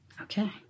Okay